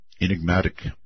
Enigmatic